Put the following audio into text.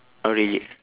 oh really